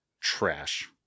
trash